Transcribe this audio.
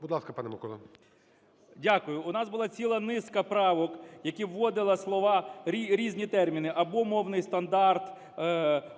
КНЯЖИЦЬКИЙ М.Л. Дякую. У нас була ціла низка правок, які вводили слова, різні терміни: або мовний стандарт,